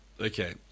Okay